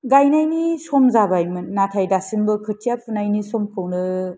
गायनायनि सम जाबायमोन नाथाय दासिमबो खोथिया फुनायनि समखौनो